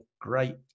great